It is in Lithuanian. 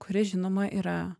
kuri žinoma yra